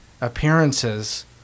appearances